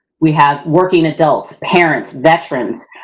we have working adults, parents, veterans,